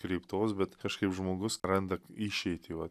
kreiptos bet kažkaip žmogus randa išeitį va